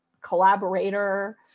collaborator